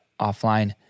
offline